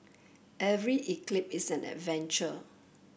every eclipse is an adventure